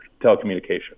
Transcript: telecommunications